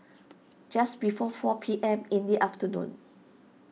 just before four P M in the afternoon